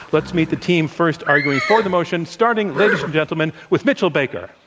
let's meet the team first arguing for the motion, starting, ladies and gentlemen, with mitchell baker.